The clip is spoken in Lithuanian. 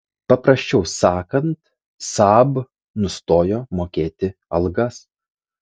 paprasčiau sakant saab nustojo mokėti algas